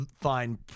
find